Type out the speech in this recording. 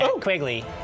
Quigley